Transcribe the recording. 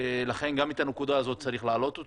לכן גם את הנקודה הזאת צריך להעלות אותה,